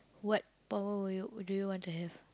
what power would you would you want to have